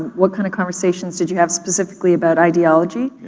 what kind of conversations did you have specifically about ideology?